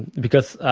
because